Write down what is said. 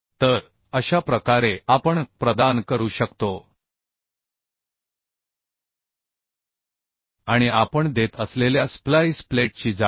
तर अशा प्रकारे आपण प्रदान करू शकतो आणि आपण देत असलेल्या स्प्लाइस प्लेटची जाडी